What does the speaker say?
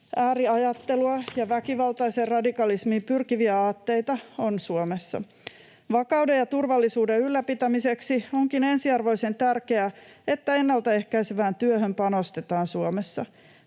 ääriajattelua ja väkivaltaiseen radikalismiin pyrkiviä aatteita on Suomessa. Vakauden ja turvallisuuden ylläpitämiseksi onkin ensiarvoisen tärkeää, että ennaltaehkäisevään työhön panostetaan Suomessa.